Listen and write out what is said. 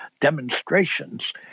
demonstrations